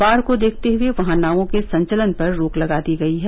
बाढ़ को देखते हुये वहां नावों के संचलन पर रोक लगा दी गयी है